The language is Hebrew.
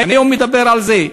היום אני מדבר על זה.